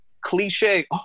cliche